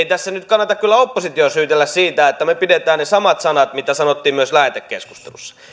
tässä nyt kannatta kyllä oppositiota syytellä siitä että me pidämme ne samat sanat mitä sanoimme myös lähetekeskustelussa